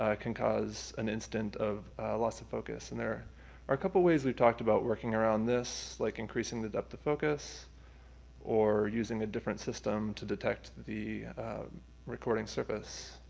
ah can cause an instant of loss of focus. and there are a couple ways we've talked about working around this, like increasing the depth of focus or using a different system to detect the recording's surface.